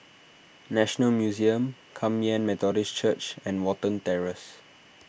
National Museum Kum Yan Methodist Church and Watten Terrace